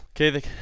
Okay